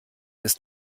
ist